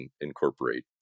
incorporate